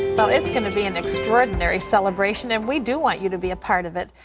but it's going to be an extraordinary celebration, and we do want you to be a part of it.